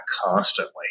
constantly